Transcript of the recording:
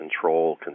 Control